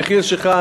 המחיר שלך,